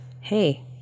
hey